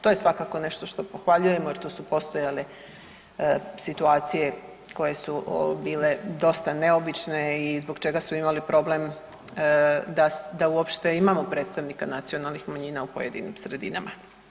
To je svakako nešto što pohvaljujemo jer tu su postojale situacije koje su bile dosta neobične i zbog čega su imali problem da uopšte imamo predstavnika nacionalnih manjina u pojedinim sredinama.